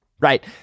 right